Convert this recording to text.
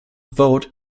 vote